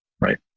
right